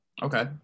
Okay